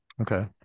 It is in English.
okay